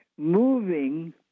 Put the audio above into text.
moving